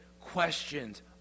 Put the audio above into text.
questions